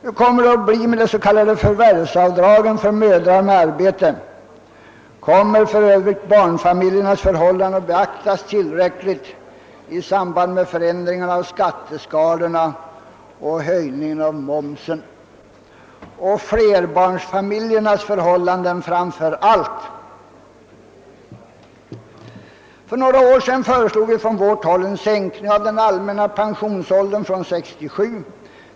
Hur kommer det att bli med de s.k. förvärvsavdragen för mödrar med arbete? Kommer barnfamiljernas förhållanden att beaktas tillräckligt i samband med förändringen av skatteskalorna och höjningen av momsen? Framför allt måste flerbarnsfamiljernas förhållanden uppmärksammas. För några år sedan föreslog vi från vårt håll en sänkning av den allmänna pensionsåldern från 67 år.